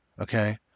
okay